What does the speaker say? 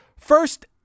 First